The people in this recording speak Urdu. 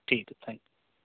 ٹھیک ہے تھینک